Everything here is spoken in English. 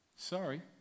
Sorry